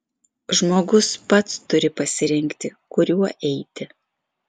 žmogus pats turi pasirinkti kuriuo eiti